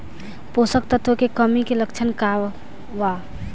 पोषक तत्व के कमी के लक्षण का वा?